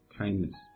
kindness